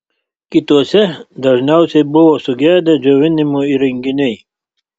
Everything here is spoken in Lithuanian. kituose dažniausiai buvo sugedę džiovinimo įrenginiai